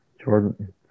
Jordan